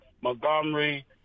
Montgomery